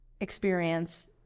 experience